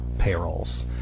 payrolls